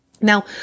Now